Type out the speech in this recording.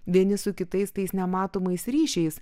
vieni su kitais tais nematomais ryšiais